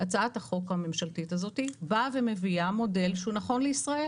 הצעת החוק הממשלתית הזאת באה ומביאה מודל שהוא נכון לישראל.